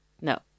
No